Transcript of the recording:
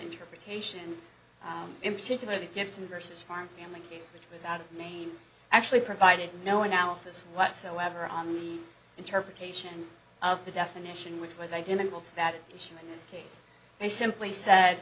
interpretation in particular that gives an versus farm family case which was out of may actually provided no analysis whatsoever on the interpretation of the definition which was identical to that issue in this case they simply said